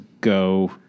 go